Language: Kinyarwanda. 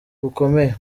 bukomeye